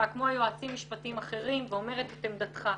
כמו יועצים משפטיים אחרים ואומרת את עמדתך.